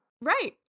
right